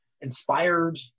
inspired